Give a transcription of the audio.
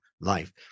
life